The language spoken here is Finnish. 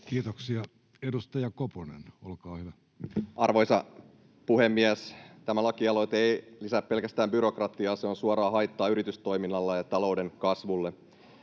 Kiitoksia. — Edustaja Koponen, olkaa hyvä. Arvoisa puhemies! Tämä lakialoite ei lisää pelkästään byrokratiaa, se on suoraa haittaa yritystoiminnalle ja talouden kasvulle.